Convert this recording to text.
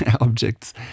objects